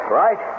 right